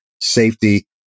safety